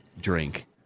drink